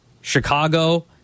Chicago